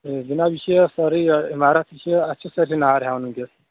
یہِ جِناب یہِ چھُ سٲرٕے عمارَتھ یہِ چھُ اَتھ چھُ سٲرسٕے نار ہیٚوان ؤنکیٚس